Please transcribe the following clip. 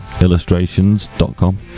illustrations.com